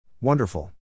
Wonderful